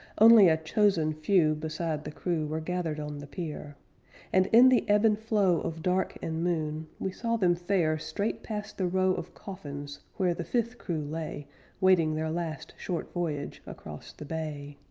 only a chosen few beside the crew were gathered on the pier and in the ebb and flow of dark and moon, we saw them fare straight past the row of coffins where the fifth crew lay waiting their last short voyage across the bay.